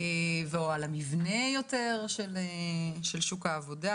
ועל המבנה של שוק העבודה.